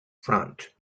front